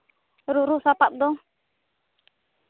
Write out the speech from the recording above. ᱨᱩᱨᱩ ᱥᱟᱯᱟᱯ ᱫᱚ